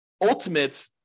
ultimate